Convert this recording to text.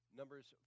Numbers